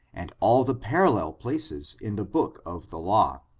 and all the parculel places in the book of the law.